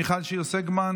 מיכל שיר סגמן,